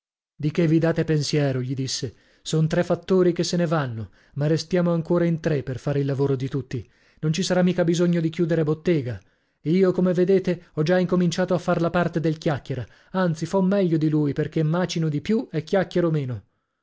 di che vi dato pensiero gli disse son tre fattori che se ne vanno ma restiamo ancora in tre per fare il lavoro di tutti non ci sarà mica bisogno di chiudere bottega io come vedete ho già incominciato a far la parte del chiacchiera anzi fo meglio di lui perchè macino di più e chiacchiero meno